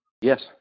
Yes